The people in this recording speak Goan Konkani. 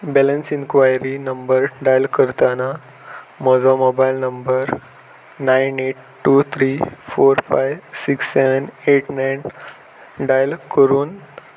बॅलेंस इन्क्वायरी नंबर डायल करतना म्हजो mobile number nine eight two three four five six seven eight nine dial करून